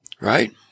right